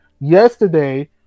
Yesterday